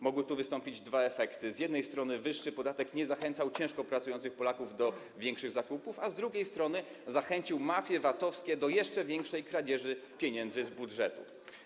Mogły tu wystąpić dwa efekty: z jednej strony wyższy podatek nie zachęcał ciężko pracujących Polaków do większych zakupów, a z drugiej strony zachęcił mafie VAT-owskie do jeszcze większej kradzieży pieniędzy z budżetu.